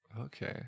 Okay